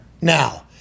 now